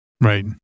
Right